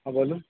হ্যাঁ বলুন